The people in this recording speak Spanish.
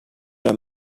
era